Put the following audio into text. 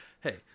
Hey